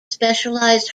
specialized